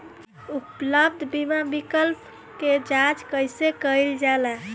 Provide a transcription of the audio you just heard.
उपलब्ध बीमा विकल्प क जांच कैसे कइल जाला?